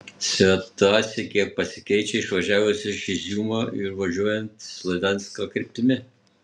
situacija kiek pasikeičia išvažiavus iš iziumo ir važiuojant slaviansko kryptimi